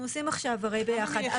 אנחנו עושים עכשיו הרי ביחד.